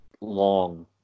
long